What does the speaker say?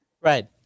Right